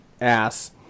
ass